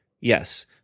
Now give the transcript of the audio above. Yes